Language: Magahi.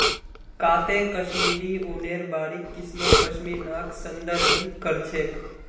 काते कश्मीरी ऊनेर बारीक किस्म पश्मीनाक संदर्भित कर छेक